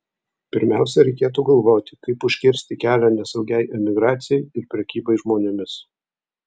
pirmiausia reikėtų galvoti kaip užkirsti kelią nesaugiai emigracijai ir prekybai žmonėmis